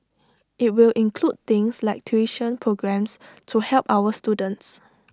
IT will include things like tuition programmes to help our students